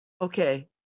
Okay